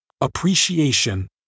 Appreciation